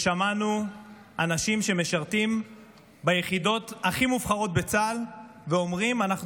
שמענו אנשים שמשרתים ביחידות הכי מובחרות בצה"ל אומרים: אנחנו